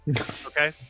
Okay